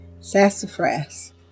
sassafras